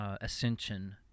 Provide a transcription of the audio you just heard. ascension